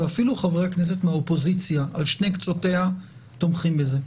ואפילו חברי הכנסת מהאופוזיציה על שני קצותיה תומכים בזה.